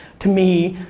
to me,